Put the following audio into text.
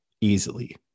easily